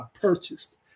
purchased